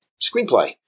screenplay